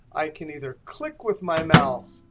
i can either click with my mouse,